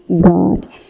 god